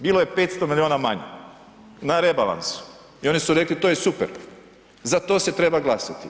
Bilo je 500 milijuna manje na rebalansu i oni su rekli to je super, za to se treba glasati.